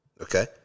Okay